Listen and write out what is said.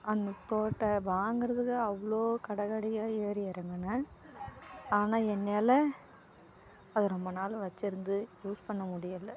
அந்த தோடை வாங்குறதுக்கு அவ்வளோ கடை கடையாக ஏறி இறங்குனா ஆனால் என்னால் அது ரொம்ப நாள் வச்சிருந்து யூஸ் பண்ண முடியல